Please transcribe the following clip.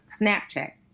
Snapchat